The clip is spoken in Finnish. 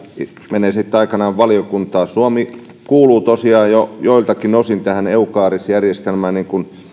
menee sitten aikanaan valiokuntaan suomi kuuluu tosiaan jo joiltakin osin tähän eucaris järjestelmään niin kuin